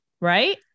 right